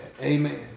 Amen